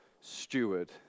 steward